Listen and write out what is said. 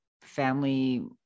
family